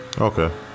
okay